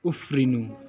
उफ्रिनु